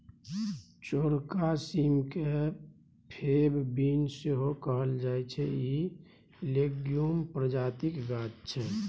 चौरका सीम केँ फेब बीन सेहो कहल जाइ छै इ लेग्युम प्रजातिक गाछ छै